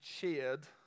cheered